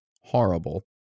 Horrible